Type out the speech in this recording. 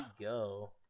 go